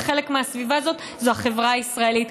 וחלק מהסביבה הזאת הוא החברה הישראלית.